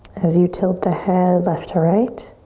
as you tilt the head left to right.